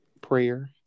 prayer